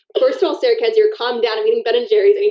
first of all, sarah kendzior, calm down. i'm eating ben and jerry's. and